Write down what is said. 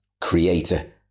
creator